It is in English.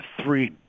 three